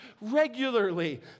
regularly